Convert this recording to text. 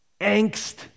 angst